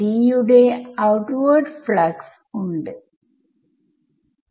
ഇതിനെ ഇക്വേഷൻ 1 എന്നും ഇതിനെ ഇക്വേഷൻ 2 എന്നും വിളിക്കാം